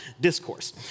Discourse